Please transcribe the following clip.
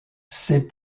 ses